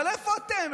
אבל איפה אתם?